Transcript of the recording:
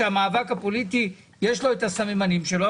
שלמאבק הפוליטי יש את הסממנים שלו,